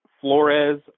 Flores